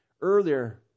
earlier